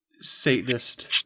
Satanist